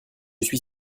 suis